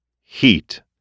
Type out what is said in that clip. Heat